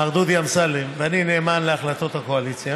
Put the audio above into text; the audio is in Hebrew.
מר דודי אמסלם, ואני נאמן להחלטות הקואליציה,